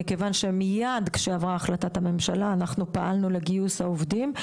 מכיוון שמיד כשהייתה החלטת ממשלה אנחנו פעלנו לטובת גיוס העובדים.